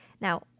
Now